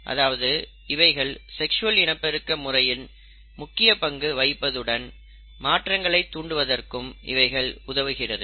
அதாவது இவைகள் செக்ஸ்வல் இனப்பெருக்க செயல்முறையில் முக்கிய பங்கு வகிப்பதுடன் மாற்றங்களை தூண்டுவதற்கும் இவைகள் உதவுகிறது